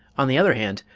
on the other hand,